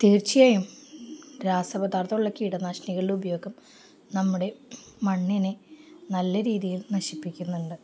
തീർച്ചയായും രാസപദാർത്ഥമുള്ള കീടനാശിനികളുടെ ഉപയോഗം നമ്മുടെ മണ്ണിനെ നല്ല രീതിയിൽ നശിപ്പിക്കുന്നുണ്ട്